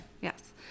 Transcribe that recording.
Yes